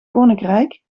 koninkrijk